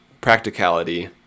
practicality